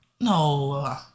No